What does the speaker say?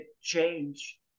change